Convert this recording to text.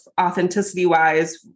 authenticity-wise